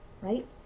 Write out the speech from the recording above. right